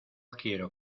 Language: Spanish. quiero